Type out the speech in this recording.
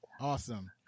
Awesome